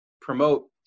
promote